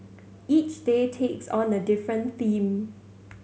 each day takes on a different theme